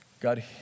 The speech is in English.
God